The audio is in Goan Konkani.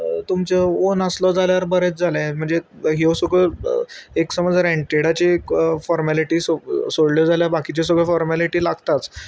तुमचो ओ नासलो जाल्यार बरेंच जालें म्हणजे ह्यो सगळ्यो एक समज रेंटेडाची फोर्मेलिटी सो सोडल्यो जाल्यार बाकीच्यो सगळ्यो फोर्मेलिटी लागताच